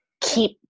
keep